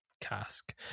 cask